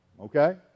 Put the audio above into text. okay